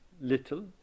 little